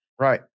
Right